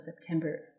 September